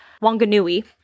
wanganui